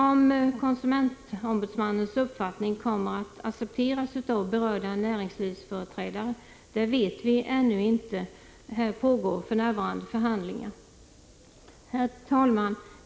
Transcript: Om konsumentombudsmannens uppfattning kommer att accepteras av berörda näringslivsföreträdare vet vi ännu inte — det pågår för närvarande förhandlingar. Herr talman!